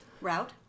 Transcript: route